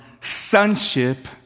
sonship